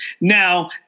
Now